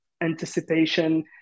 anticipation